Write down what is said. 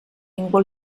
ningú